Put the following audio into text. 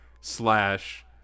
slash